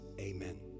amen